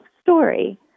story